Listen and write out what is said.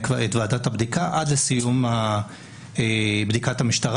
את ועדת הבדיקה עד לסיום בדיקת המשטרה.